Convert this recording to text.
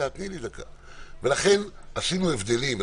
ולכן עשינו הבדלים,